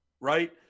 right